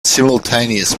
simultaneous